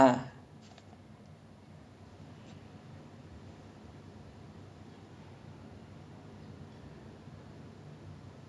!wah! um !wah! eh to be brutally honest with you ah I'm really not a fan of Marvel or I I'm I'm more inclined towards D_C